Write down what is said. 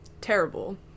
terrible